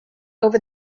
over